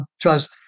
trust